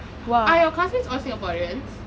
are your classmates all singaporeans